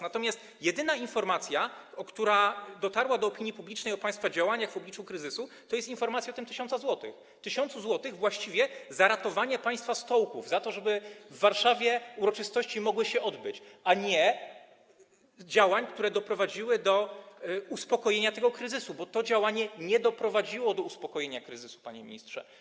Natomiast jedyna informacja, która dotarła do opinii publicznej o państwa działaniach w obliczu kryzysu, to jest informacja o tym 1000 zł, właściwie za ratowanie państwa stołków, za to, żeby w Warszawie uroczystości mogły się odbyć, a nie o działaniach, które doprowadziłyby do uspokojenia tego kryzysu, bo to działanie nie doprowadziło do uspokojenia kryzysu, panie ministrze.